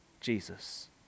Jesus